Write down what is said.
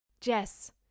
Jess